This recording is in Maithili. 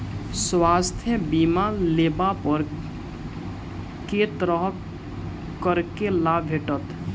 स्वास्थ्य बीमा लेबा पर केँ तरहक करके लाभ भेटत?